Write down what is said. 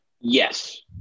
Yes